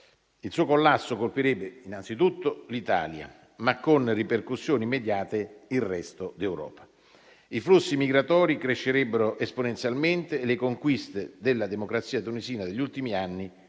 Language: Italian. Il suo collasso colpirebbe innanzitutto l'Italia, ma con ripercussioni immediate sul resto d'Europa. I flussi migratori crescerebbero esponenzialmente e le conquiste della democrazia tunisina degli ultimi anni